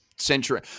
century